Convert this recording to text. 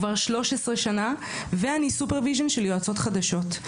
כבר 13 שנה ואני סופר וויז'ן של יועצות חדשות,